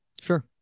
Sure